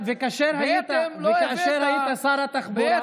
וכאשר היית, בעצם לא הבאת, וכאשר היית שר התחבורה,